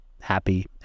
happy